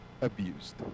abused